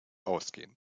ausgehen